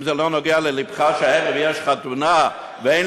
אם זה לא נוגע ללבך שהערב יש חתונה ואין